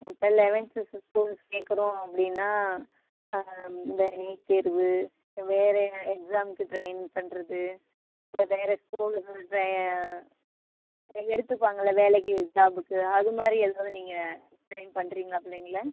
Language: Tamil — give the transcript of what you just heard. இப்போ லெவன்த்து இந்த ஸ்கூலில் சேர்க்குறோம் அப்படின்னா இந்த நீட் தேர்வு வேறு எக்ஸாம்க்கு ட்ரைன் பண்ணுறது இப்போ வேறு ஸ்கூலுக்கு ட்ரை எடுத்துப்பாங்கள்லே வேலைக்கு ஜாபுக்கு அதுமாதிரி ஏதாவது நீங்கள் ட்ரைன் பண்கிறீங்களா பிள்ளைங்கள